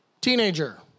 teenager